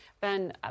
Ben